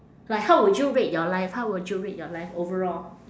like how would you rate your life how would you rate your life overall